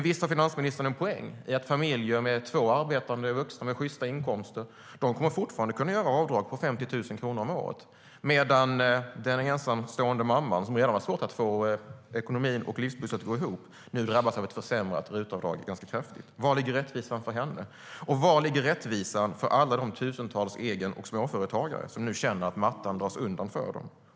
Visst har finansministern en poäng i att familjer med två arbetande vuxna med sjysta inkomster fortfarande kommer att kunna göra avdrag på 50 000 kronor om året medan den ensamstående mamman, som redan har svårt att få ekonomin och livspusslet att gå ihop, drabbas ganska kraftigt av ett försämrat RUT-avdrag. Vari ligger rättvisan för henne? Vari ligger rättvisan för alla de tusentals egenföretagare och småföretagare som känner att mattan dras undan för dem?